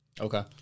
Okay